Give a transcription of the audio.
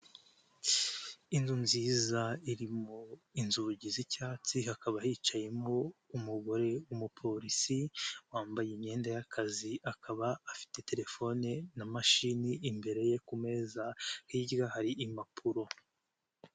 Inzu nziza iririmo inzugi z'icyatsi, hakaba hicayemo umugore w'umupolisi wambaye imyenda y'akazi akaba afite telefone na mashini imbere ye ku meza, hirya hari impapuro.